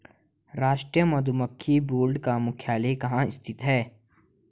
राष्ट्रीय मधुमक्खी बोर्ड का मुख्यालय कहाँ स्थित है?